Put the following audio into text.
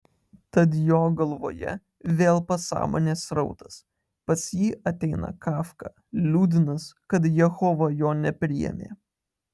tad jo galvoje vėl pasąmonės srautas pas jį ateina kafka liūdnas kad jehova jo nepriėmė